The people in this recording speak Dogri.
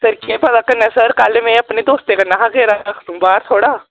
ते केह् पता कन्नै सर कल्ल में अपने दोस्ते कन्नै हा गेदा बाहर थोह्ड़ा